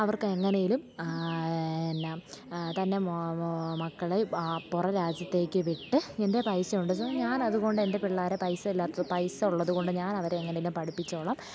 അവർക്ക് എങ്ങനെയെങ്കിലും എന്നാൽ തൻ്റെ മക്കളെ പുറം രാജ്യത്തേക്കു വിട്ട് എൻ്റെ പൈസ ഉണ്ടല്ലോ ഞാനതു കൊണ്ട് എൻ്റെ പിള്ളേരെ പൈസ ഇല്ലാത്ത പൈസ ഉള്ളതു കൊണ്ട് ഞാനവരെ എങ്ങനെയെങ്കിലും പഠിപ്പിച്ചോളാം